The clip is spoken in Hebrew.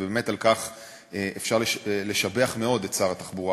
ובאמת על כך אפשר לשבח מאוד את שר התחבורה,